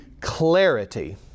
clarity